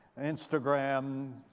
Instagram